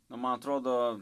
nu man atrodo